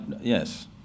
Yes